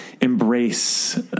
Embrace